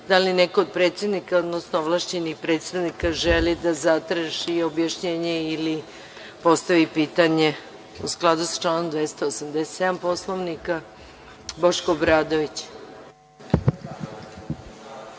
li neko od predsednika, odnosno ovlašćenih predstavnika želi da zatraži objašnjenje ili postavi pitanje u skladu sa članom 287. Poslovnika? Reč ima